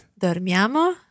Dormiamo